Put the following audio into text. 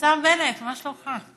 השר בנט, מה שלומך?